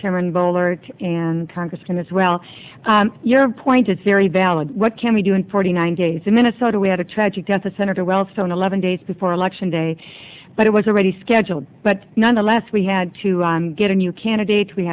chairman boehlert and congressman as well your point is very valid what can we do in forty nine days in minnesota we had a tragic death of senator wellstone eleven days before election day but it was already scheduled but nonetheless we had to get a new candidate we